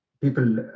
People